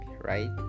right